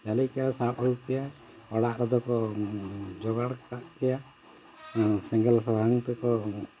ᱡᱷᱟᱹᱞᱤ ᱠᱮᱭᱟ ᱥᱟᱵ ᱟᱹᱜᱩ ᱠᱮᱭᱟᱭ ᱚᱲᱟᱜ ᱨᱮᱫᱚ ᱠᱚ ᱡᱚᱜᱟᱲ ᱠᱟᱜ ᱠᱮᱭᱟ ᱥᱮᱸᱜᱮᱞ ᱥᱟᱦᱟᱱ ᱛᱮᱠᱚ